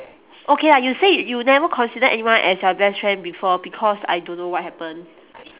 okay lah you say you never consider anyone as your best friend before because I don't know what happen